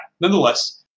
Nonetheless